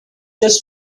this